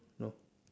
no